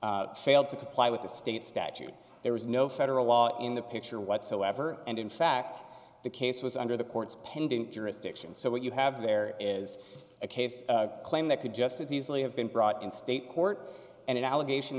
officers failed to comply with the state statute there was no federal law in the picture whatsoever and in fact the case was under the court's pending jurisdiction so what you have there is a case claim that could just as easily have been brought in state court and an allegation